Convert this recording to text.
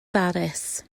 baris